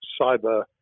cyber